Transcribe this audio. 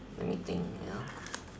let me think ya